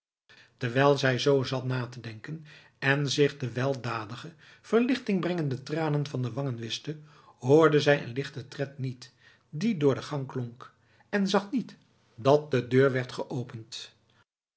terwijl zij zoo zat na te denken en zich de weldadige verlichting brengende tranen van de wangen wischte hoorde zij den lichten tred niet die door de gang klonk en zag niet dat de deur werd geopend